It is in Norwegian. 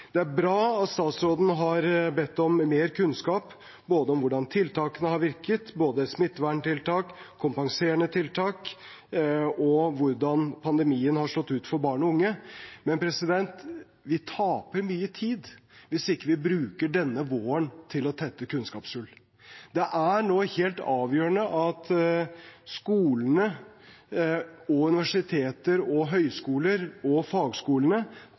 Det er bra at statsråden har bedt om mer kunnskap, både om hvordan tiltakene har virket, både smitteverntiltak og kompenserende tiltak, og hvordan pandemien har slått ut for barn og unge, men vi taper mye tid hvis vi ikke bruker denne våren til å tette kunnskapshull. Det er nå helt avgjørende at skolene, universiteter, høyskoler og fagskolene